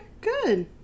good